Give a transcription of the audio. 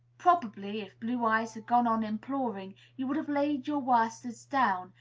probably, if blue eyes had gone on imploring, you would have laid your worsteds down,